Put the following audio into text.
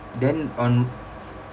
then on